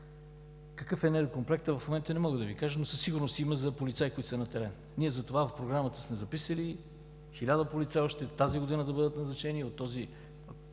Какъв е недокомплекта – в момента не мога да Ви кажа, но със сигурност има за полицаи, които са на терен. Ние затова в програмата сме записали 1000 полицаи още тази година да бъдат назначени от този